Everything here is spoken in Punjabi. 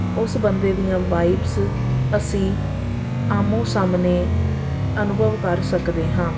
ਉਸ ਬੰਦੇ ਦੀਆਂ ਵਾਈਵਸ ਅਸੀਂ ਆਮੋ ਸਾਹਮਣੇ ਅਨੁਭਵ ਕਰ ਸਕਦੇ ਹਾਂ